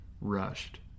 rushed